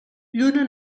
lluna